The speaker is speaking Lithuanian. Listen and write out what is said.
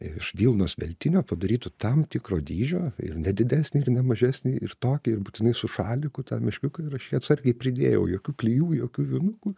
iš vilnos veltinio padarytų tam tikro dydžio ir ne didesnį ir ne mažesnį ir tokį ir būtinai su šaliku tą meškiuką ir aš jį atsargiai pridėjau jokių klijų jokių vinukų